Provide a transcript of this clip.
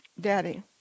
Daddy